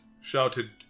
shouted